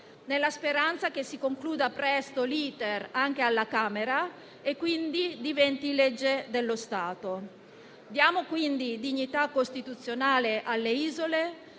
nella speranza che si concluda presto l'*iter* anche alla Camera e, quindi, diventi legge dello Stato. Diamo, quindi, dignità costituzionale alle isole